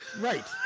Right